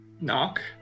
Knock